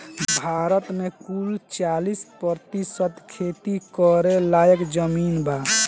भारत मे कुल चालीस प्रतिशत खेती करे लायक जमीन बा